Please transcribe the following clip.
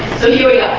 so here we